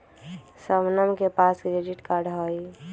शबनम के पास credit card हई